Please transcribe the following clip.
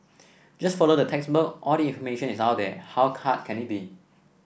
just follow the textbook all the information is out there how hard can it be